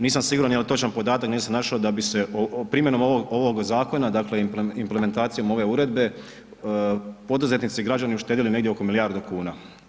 Nisam siguran je li točan podatak, nisam našao da bi se primjenom ovog zakona, dakle implementacijom ove Uredbe poduzetnici i građani uštedjeli negdje oko milijardu kuna.